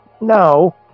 No